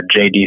JD